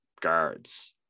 Guards